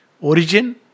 Origin